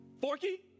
Forky